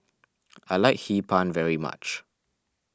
I like Hee Pan very much